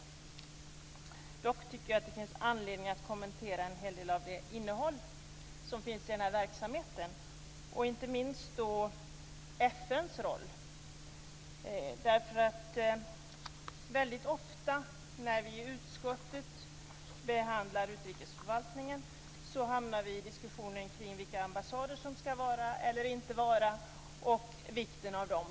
Dock tycker jag att det finns anledning att kommentera en hel del av det innehåll som finns i verksamheten. Det gäller inte minst FN:s roll. Väldigt ofta när vi i utskottet behandlar utrikesförvaltningen hamnar vi i diskussionen om vilka ambassader som ska vara eller inte vara och vikten av dem.